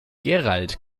gerald